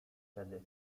wtedy